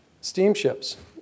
steamships